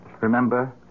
Remember